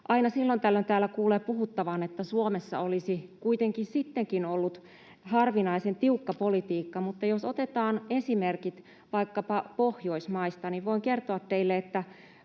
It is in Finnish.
tällöin täällä kuulee puhuttavan, että Suomessa olisi kuitenkin sittenkin ollut harvinaisen tiukka politiikka, mutta jos otetaan esimerkit vaikkapa Pohjoismaista, niin voin kertoa teille, että